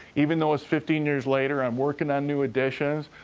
even though it's fifteen years later, i'm working on new editions.